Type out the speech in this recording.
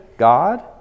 God